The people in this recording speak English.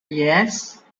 yes